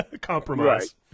Compromise